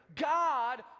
God